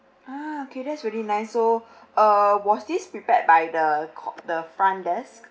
ah okay that's very nice so uh was this prepared by the co~ the front desk